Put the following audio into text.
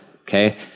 Okay